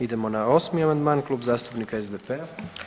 Idemo na 8. amandman, Kluba zastupnika SDP-a.